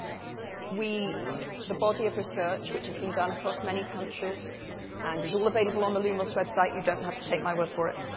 the body of research which has been done across many countries and is all available on the lumos website, you don't have to take my word for it